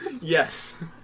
Yes